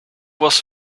was